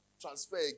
transfer